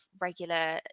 regular